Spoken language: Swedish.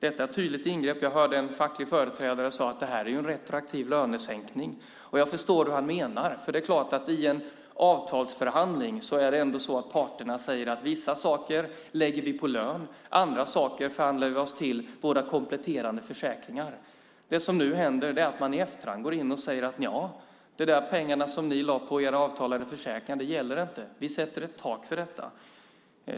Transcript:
Jag hörde en facklig företrädare säga att detta är en retroaktiv lönesänkning, och jag förstår hur han menar, för i en avtalsförhandling är det ändå så att parterna säger att vissa saker lägger vi på lön och andra saker förhandlar vi oss till - våra kompletterande försäkringar. Det som nu händer är att man i efterhand går in och säger: Nja, de där pengarna som ni lade på era avtalade försäkringar gäller inte. Vi sätter ett tak för detta.